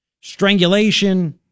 strangulation